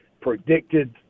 predicted